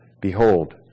Behold